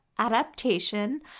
Adaptation